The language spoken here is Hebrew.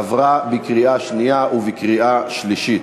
עברה בקריאה שנייה ובקריאה שלישית.